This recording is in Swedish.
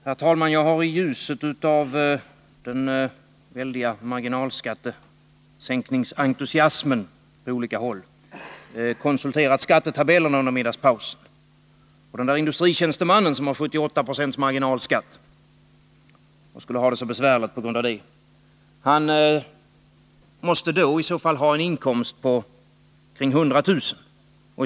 Herr talman! Jag har i ljuset av den väldiga marginalskattesänkningsentusiasmen på olika håll konsulterat skattetabellerna under middagspausen. Den där industritjänstemannen, som har 78 76 marginalskatt och skulle ha det så besvärligt på grund av det, måste då ha en inkomst på omkring 100 000 kr.